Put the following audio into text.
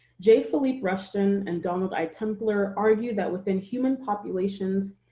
j. philippe rushton and donald i. templer argue that within human populations,